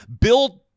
build